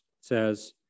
says